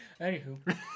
Anywho